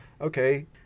okay